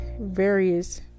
various